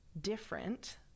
different